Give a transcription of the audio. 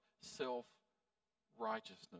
self-righteousness